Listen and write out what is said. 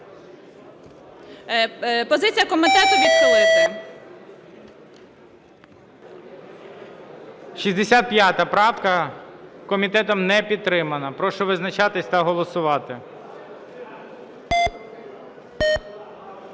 Позиція комітету відхилити